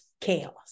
chaos